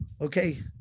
Okay